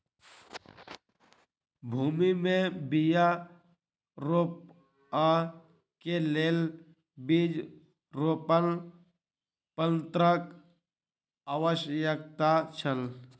भूमि में बीया रोपअ के लेल बीज रोपण यन्त्रक आवश्यकता छल